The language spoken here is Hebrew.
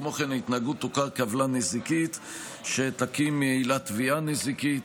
כמו כן ההתנהגות תוכר כעוולה נזיקית שתקים עילת תביעה נזיקית,